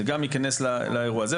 זה ייכנס אל האירוע הזה.